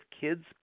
kids